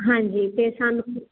ਹਾਂਜੀ ਤੇ ਸਾਨੂੰ